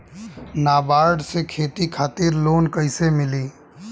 नाबार्ड से खेती खातिर लोन कइसे मिली?